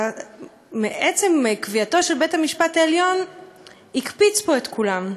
עצם קביעתו של בית-המשפט העליון הקפיצה פה את כולם.